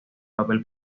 papel